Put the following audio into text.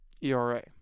ERA